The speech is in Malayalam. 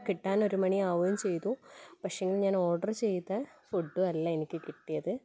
കിട്ടാൻ ഒരു മണി ആവുകയും ചെയ്തു പക്ഷേ ഞാൻ ഓർഡർ ചെയ്ത ഫുഡും അല്ല എനിക്ക് കിട്ടിയത്